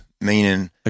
meaning